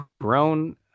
grown